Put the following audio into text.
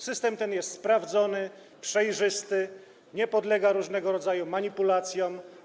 System ten jest sprawdzony, przejrzysty, nie podlega różnego rodzaju manipulacjom.